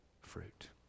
fruit